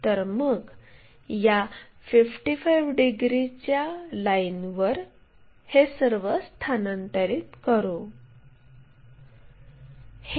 तर मग या 55 डिग्रीच्या लाईनवर हे सर्व स्थानांतरित करू